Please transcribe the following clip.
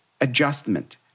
adjustment